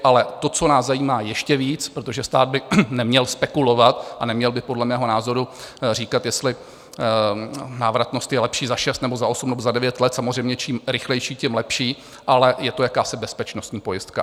Ale to, co nás zajímá ještě víc, protože stát by neměl spekulovat a neměl by podle mého názoru říkat, jestli návratnost je lepší za šest nebo za osm nebo za devět let samozřejmě čím rychlejší, tím lepší, ale je to jakási bezpečnostní pojistka.